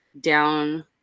down